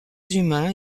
humains